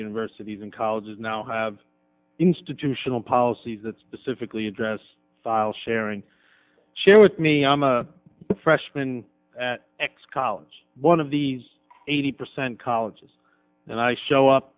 universities and colleges now have institutional policies that specifically address file sharing share with me i'm a freshman at x college one of these eighty percent colleges and i show up